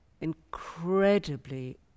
incredibly